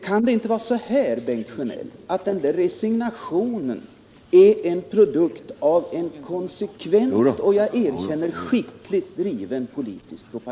Kan det inte vara så, Bengt Sjönell, att den där resignationen är en produkt av en konsekvent och — det erkänner — De mindre och